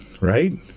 right